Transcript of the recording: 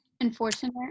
Unfortunate